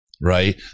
right